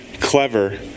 clever